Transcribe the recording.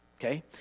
okay